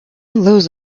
lose